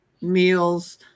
meals